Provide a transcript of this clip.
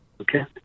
Okay